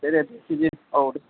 दे दे दे एक केजि औ दे